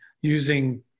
using